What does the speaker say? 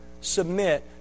submit